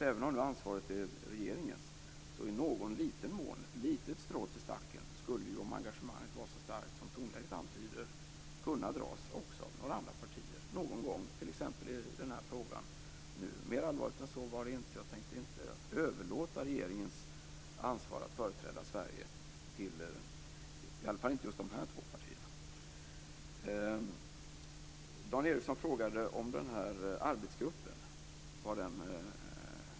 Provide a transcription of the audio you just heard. Även om ansvaret är regeringens, skulle ett litet strå till stacken - om engagemanget är så starkt som tonläget antyder - kunna dras av några andra partier, t.ex. i den här frågan. Mer allvarligt än så är det inte. Jag tänker inte överlåta regeringens ansvar att företräda Sverige till just dessa två partier. Dan Ericsson frågade om hur läget är i arbetsgruppen.